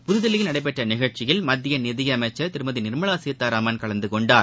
புதுதில்லியில் நடைபெற்ற நிகழ்ச்சியில் மத்திய நிதியமைச்சர் திருமதி நிர்மலா சீதாராமன் கலந்து கொண்டார்